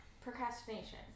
procrastination